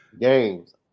games